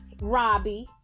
Robbie